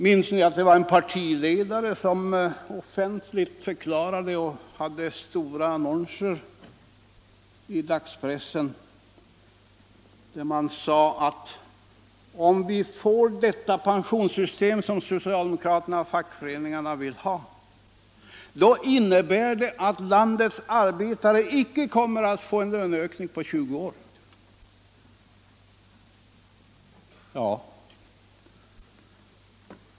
Minns ni att det var en partiledare som offentligt förklarade med stora annonser i dagspressen att om vi skulle få det pensionssystem som socialdemokraterna och fackföreningarna ville ha skulle det innebära att landets arbetare inte skulle få någon löneökning på 20 år.